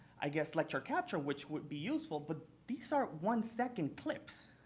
i guess lecture capture, which would be useful. but these are one second clips.